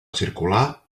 circular